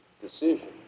Decision